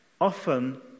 often